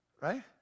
right